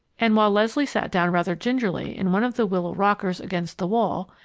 and while leslie sat down rather gingerly in one of the willow rockers against the wall,